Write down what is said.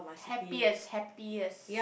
happiest happiest